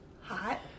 hot